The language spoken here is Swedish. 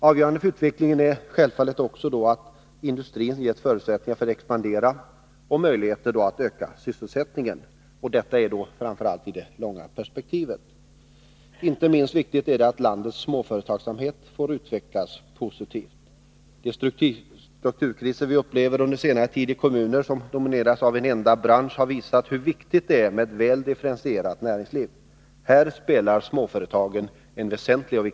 Avgörande för utvecklingen är självfallet också att industrin i det långa perspektivet ges förutsättningar att expandera och om möjligt öka sysselsättningen. Inte minst viktigt är det att landets småföretag utvecklas positivt. De strukturkriser som vi har upplevt under senare tid i kommuner som har dominerats av en enda bransch har visat hur viktigt det är med ett väl differentierat näringsliv. Här spelar småföretagen en väsentlig roll.